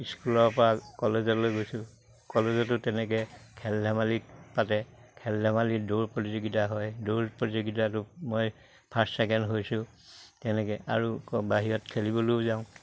স্কুলৰ পৰা কলেজলৈ গৈছোঁ কলেজতো তেনেকে খেল ধেমালি পাতে খেল ধেমালি দৌৰ প্ৰতিযোগিতা হয় দৌৰ প্ৰতিযোগিতাটো মই ফাৰ্ষ্ট ছেকেণ্ড হৈছোঁ তেনেকে আৰু বাহিৰত খেলিবলৈও যাওঁ